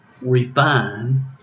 Refine